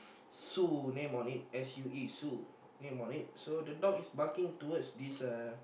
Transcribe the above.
sue name on it S U E Sue name on it so the dog is barking towards this uh